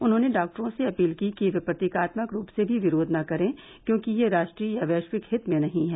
उन्हॉने डॉक्टरों से अपील की कि वे प्रतीकात्मक रूप से भी विरोध न करे क्योंकि ये राष्ट्रीय या वैश्विक हित में नहीं है